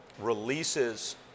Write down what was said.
releases